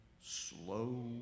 slow